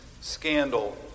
scandal